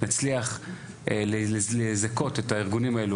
נצליח לזכות את הארגונים האלו,